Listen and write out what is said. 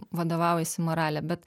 vadovaujasi morale bet